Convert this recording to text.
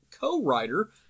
co-writer